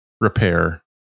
repair